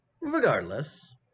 Regardless